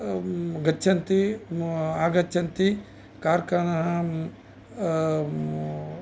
गच्छन्ति आगच्छन्ति कार्खानाः